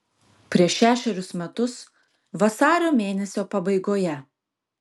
prieš šešerius metus vasario mėnesio pabaigoje